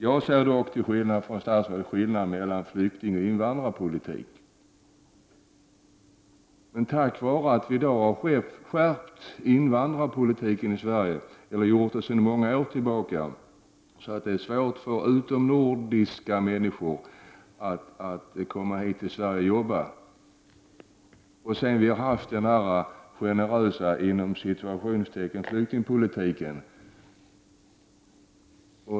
Jag ser dock, till skillnad från statsrådet, skillnad mellan flyktingpolitik och invandrarpolitik. Invandrarpolitiken skärptes för många år sedan, så att det är svårt för utomnordiska människor att komma till Sverige för att jobba. Men Sverige har haft en mycket ”generös” flyktingpolitik.